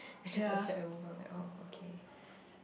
ya